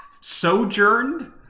sojourned